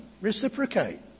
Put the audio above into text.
reciprocate